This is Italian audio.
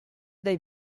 dai